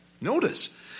Notice